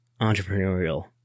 entrepreneurial